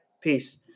Peace